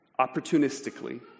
opportunistically